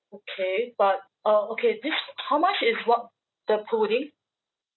okay but uh okay this how much is what the pudding